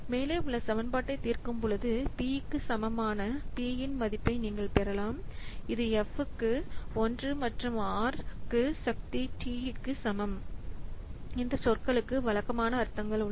மேலே உள்ள சமன்பாட்டைத் தீர்க்கும்போது P க்கு சமமான P இன் மதிப்பை நீங்கள் பெறலாம் இது F க்கு 1 மற்றும் r க்கு சக்தி t க்கு சமம் இந்த சொற்களுக்கு வழக்கமான அர்த்தங்கள் உள்ளன